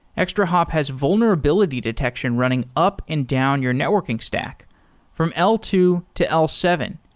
extrahop has vulnerability detection running up and down your networking stack from l two to l seven.